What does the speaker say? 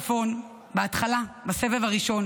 הבן שלי היה בצפון בהתחלה, בסבב הראשון,